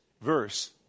verse